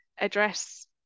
address